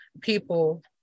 people